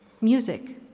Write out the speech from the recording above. Music